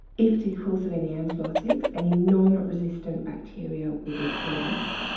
if the course of any antibiotics, any non resistant bacteria will be killed off